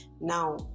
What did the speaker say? Now